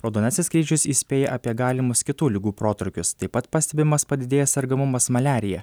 raudonasis kryžius įspėja apie galimus kitų ligų protrūkius taip pat pastebimas padidėjęs sergamumas maliarija